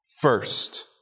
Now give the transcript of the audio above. First